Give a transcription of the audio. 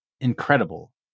Incredible